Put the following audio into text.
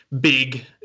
big